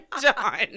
done